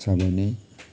छ भने